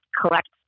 collect